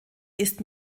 ist